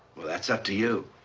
well, that's up to you.